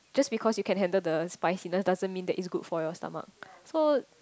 just because she can handle the spiciness doesn't mean that is good for your stomach